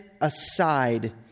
aside